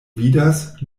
vidas